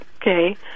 Okay